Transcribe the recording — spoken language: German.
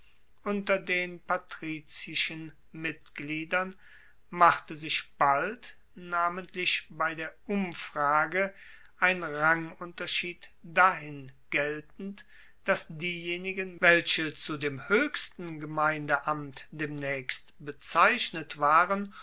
unter den patrizischen mitgliedern machte sich bald namentlich bei der umfrage ein rangunterschied dahin geltend dass diejenigen welche zu dem hoechsten gemeindeamt demnaechst bezeichnet waren